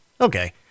Okay